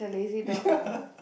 ya